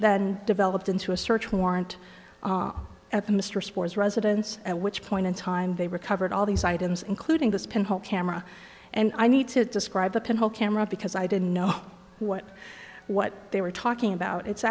then developed into a search warrant at the mr spores residence at which point in time they recovered all these items including this pinhole camera and i need to describe the pinhole camera because i didn't know what what they were talking about it's